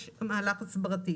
יש מהלך הסברתי.